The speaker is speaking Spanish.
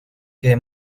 que